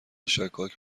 شکاک